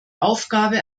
aufgabe